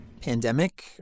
pandemic